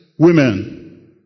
Women